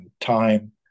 time